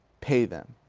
pay them.